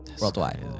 worldwide